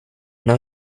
now